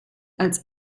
als